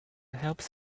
helps